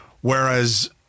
Whereas